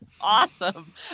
Awesome